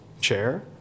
chair